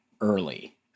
early